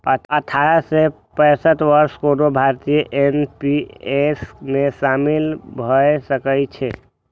अठारह सं पैंसठ वर्षक कोनो भारतीय एन.पी.एस मे शामिल भए सकै छै